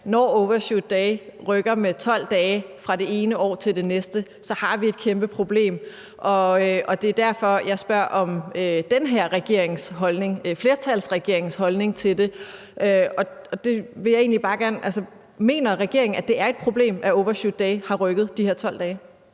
når overshootday rykker med 12 dage fra det ene år til det næste, har vi et kæmpe problem. Det er derfor, jeg spørger om den her regerings holdning, flertalsregeringens holdning, til det. Mener regeringen, at det er et problem, at overshootday har rykket de her 12 dage?